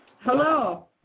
Hello